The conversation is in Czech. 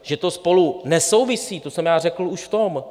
Že to spolu nesouvisí, to jsem já řekl už v tom.